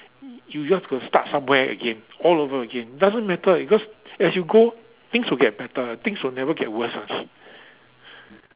you just got to start somewhere again all over again it doesn't matter because as you go things will get better things will never get worse